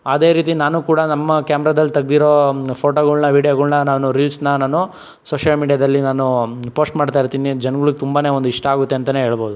ಅದೇ ರೀತಿ ನಾನು ಕೂಡ ನಮ್ಮ ಕ್ಯಾಮ್ರಾದಲ್ಲಿ ತೆಗ್ದಿರೋ ಫೋಟೋಗಳ್ನ ವೀಡ್ಯೋಗಳ್ನ ನಾನು ರೀಲ್ಸನ್ನ ನಾನು ಸೋಷ್ಯಲ್ ಮೀಡ್ಯಾದಲ್ಲಿ ನಾನು ಪೋಸ್ಟ್ ಮಾಡ್ತಾ ಇರ್ತೀನಿ ಜನ್ಗುಳಿಗೆ ತುಂಬಾ ಒಂದು ಇಷ್ಟ ಆಗುತ್ತೆ ಅಂತಾನೆ ಹೇಳ್ಬೌದು